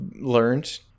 learned